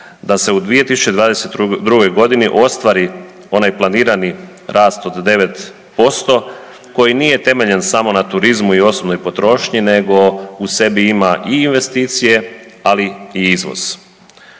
da se u 2022. godini ostvari onaj planirani rast od 9% koji nije temeljen samo na turizmu i osobnoj potrošnji nego u sebi ima i investicije, ali i izvoz.